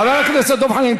חבר הכנסת דב חנין,